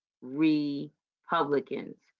Republicans